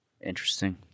interesting